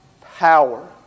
Power